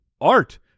art